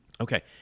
Okay